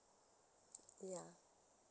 ya